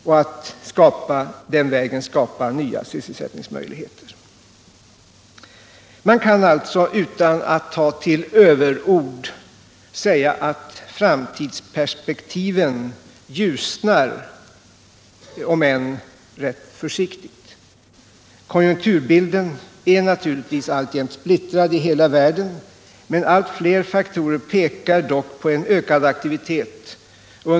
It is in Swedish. På den vägen kan man skapa nya sysselsättningsmöjligheter. Man kan alltså utan att ta till överord säga att framtidsperspektiven ljusnar - om än rätt försiktigt. Konjunkturbilden är naturligtvis splittrad i hela världen, men allt fler faktorer pekar dock på en ökad aktivitet.